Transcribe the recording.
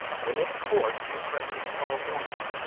will of course be present to-morrow morning.